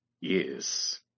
Yes